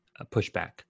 pushback